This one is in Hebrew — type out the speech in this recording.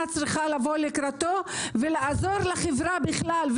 צריכה לבוא לקראת כדי לעזור לחברה בכלל,